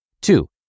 Two